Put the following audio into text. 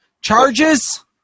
Charges